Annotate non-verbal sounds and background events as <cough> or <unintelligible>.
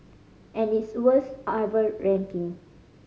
and its worst <unintelligible> ranking